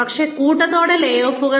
പക്ഷേ കൂട്ടത്തോടെ ലേഓഫുകൾ